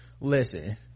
listen